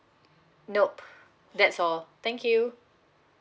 nope that's all thank you